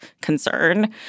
concern